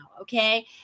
okay